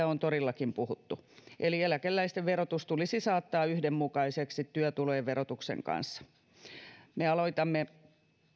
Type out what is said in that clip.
on torillakin puhuttu eli eläkeläisten verotus tulisi saattaa yhdenmukaiseksi työtulojen verotuksen kanssa me aloitamme